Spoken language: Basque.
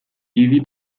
idi